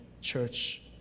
church